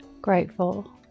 Grateful